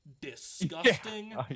disgusting